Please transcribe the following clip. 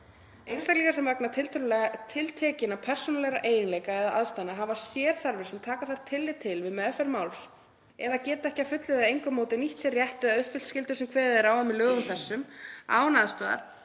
„Einstaklingar sem vegna tiltekinna persónulegra eiginleika eða aðstæðna hafa sérþarfir sem taka þarf tillit til við meðferð máls eða geta ekki að fullu eða með engu móti nýtt sér rétt eða uppfyllt skyldur sem kveðið er á um í lögum þessum án aðstoðar